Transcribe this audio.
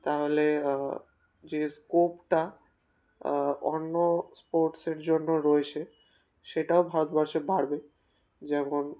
তাহলে যে স্কোপটা অন্য স্পোর্টসের জন্য রয়েছে সেটাও ভারতবর্ষে বাড়বে যেমন